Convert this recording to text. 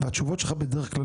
והתשובות שלך בדרך כלל